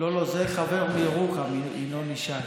לא, זה חבר מירוחם, ינון ישי.